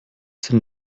the